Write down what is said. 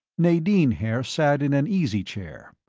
nadine haer sat in an easy-chair.